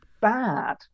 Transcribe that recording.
bad